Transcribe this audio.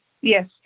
Yes